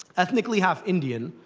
ethnically half-indian,